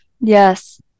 Yes